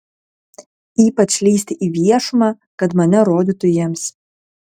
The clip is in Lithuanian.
ypač lįsti į viešumą kad mane rodytų jiems